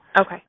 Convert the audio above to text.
Okay